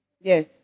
Yes